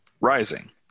rising